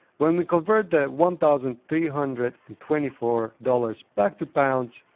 when we convert the one thousand three hundred and twenty four dollars back to pounds,